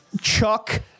chuck